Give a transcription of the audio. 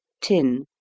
tin